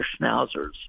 schnauzers